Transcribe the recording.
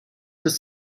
dass